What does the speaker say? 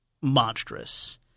monstrous